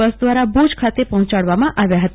બસ દવારા ભુજ ખાતે પહોંચ ાડવામાં આવ્યા હતા